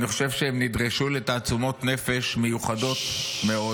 אני חושב שהם נדרשו לתעצומות נפש מיוחדות מאוד